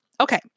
Okay